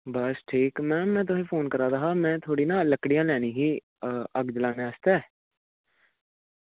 बस ठीक मैम में तुसेंगी फोन करा दा हा में थोह्ड़ी ना लक्कड़ियां लैनी ही अग्ग जलाने आस्तै